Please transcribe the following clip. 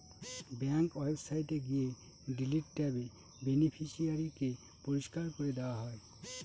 bank ওয়েবসাইটে গিয়ে delete ট্যাবে বেনিফিশিয়ারি কে পরিষ্কার করে দেওয়া যায়